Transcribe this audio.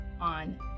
on